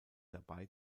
dabei